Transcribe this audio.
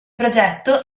progetto